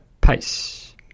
pace